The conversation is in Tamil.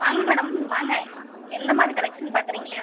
வாங்க மேடம் வாங்க எந்தமாதிரி கலெக்ஷன் பார்க்குறீங்க